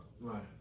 right